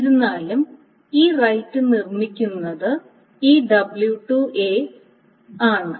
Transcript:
എന്നിരുന്നാലും ഈ റൈറ്റ് നിർമ്മിക്കുന്നത് ഈ w2 ആണ്